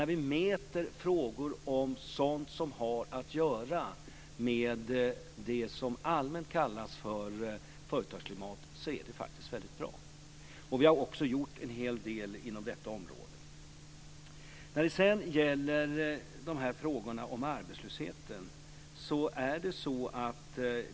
När vi mäter sådant som har att göra med det som allmänt kallas för företagsklimat så är det faktiskt väldigt bra. Vi har också gjort en hel del inom detta område. Vi har en öppen arbetslöshet på 4 %.